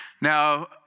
Now